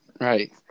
Right